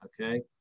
okay